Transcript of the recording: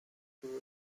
tour